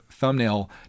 thumbnail